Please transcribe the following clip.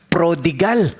Prodigal